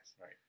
Right